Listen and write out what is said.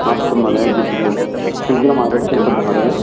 अस्तु महोदय किञ्चित् शीघ्रमागच्छतु महोदय